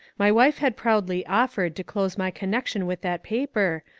my wife had proudly offered to close my connection with that paper,